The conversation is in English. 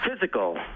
physical